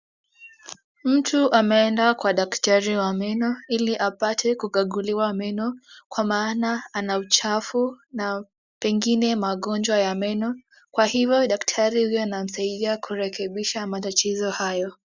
Mtu ameenda kwa daktari wa meno ili apate kukaguliwa meno, kwa maana ana uchafu na pengine magonjwa ya meno, kwa hivo daktari huyu anamsaidia kurekebisha matatizo hayo.